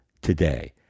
today